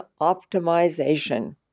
optimization